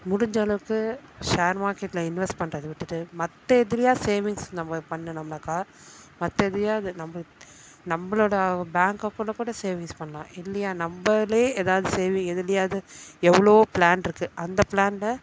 முடிந்தளவுக்கு share மார்க்கெட்ல invest பண்ணுறத விட்டுட்டு மற்ற எதிலயா சேவிங்ஸ் நம்ம பண்ணு நம்மளுக்கா மற்ற எதையாவது நம்மளு நம்மளோட பேங்க் அக்கௌண்ட்ல கூட சேவிங்க்ஸ் பண்ணலாம் இல்லையா நம்மளே எதாவது சேவி எதிலையாது எவ்வளோ ப்ளான்ருக்கு அந்த ப்ளான்ல